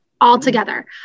altogether